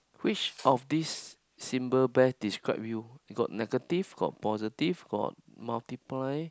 which of this symbol best describe you got negative got positive got multiply